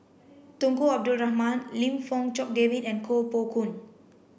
Tunku Abdul Rahman Lim Fong Jock David and Koh Poh Koon